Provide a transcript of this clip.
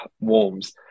warms